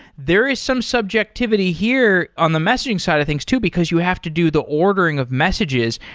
there is some subjectivity here on the messaging side of things too, because you have to do the ordering of messages,